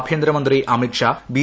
ആഭ്യന്തരമന്ത്രി അമിത് ഷാ ബി